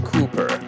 Cooper